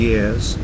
Years